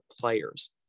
players